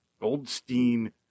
Goldstein